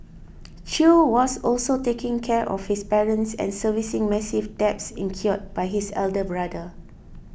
Chew was also taking care of his parents and servicing massive debts incurred by his elder brother